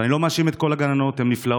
ואני לא מאשים את כל הגננות, הן נפלאות,